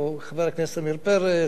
או חבר הכנסת עמיר פרץ,